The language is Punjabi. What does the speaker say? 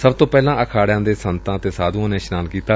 ਸਭ ਤੋਂ ਪਹਿਲਾਂ ਅਖਾੜਿਆਂ ਦੇ ਸੰਤਾਂ ਅਤੇ ਸਧੁਆਂ ਨੇ ਇਸ਼ਨਾਨ ਕੀਤਾ